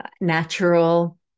natural